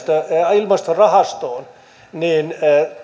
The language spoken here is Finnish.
ilmastorahastoon niin